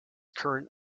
current